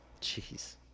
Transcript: Jeez